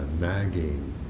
nagging